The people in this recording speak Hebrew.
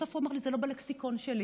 בסוף הוא אמר לי: זה לא בלקסיקון שלי.